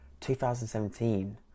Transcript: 2017